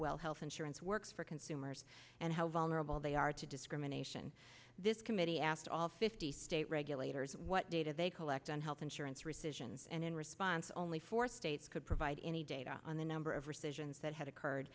well health insurance works for consumers and how vulnerable they are to discrimination this committee asked all fifty state regulators what data they collect on health insurance rescissions and in response only fourth states could provide any data on the number of rescissions that had occurred